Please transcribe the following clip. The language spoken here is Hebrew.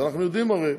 אנחנו יודעים, הרי,